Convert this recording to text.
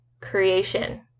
creation